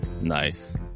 Nice